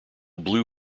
blue